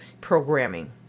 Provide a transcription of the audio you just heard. programming